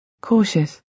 Cautious